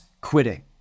quitting